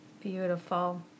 Beautiful